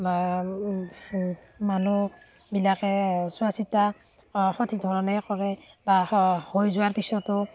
মানুহবিলাকে চোৱাচিতা সঠিক ধৰণেই কৰে বা হৈ যোৱাৰ পিছতো